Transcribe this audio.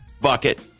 bucket